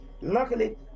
Luckily